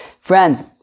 Friends